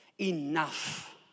enough